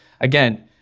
again